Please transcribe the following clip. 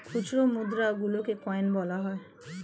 খুচরো মুদ্রা গুলোকে কয়েন বলা হয়